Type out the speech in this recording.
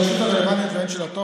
הן של הרשות הרלוונטית והן של הטופס,